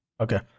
Okay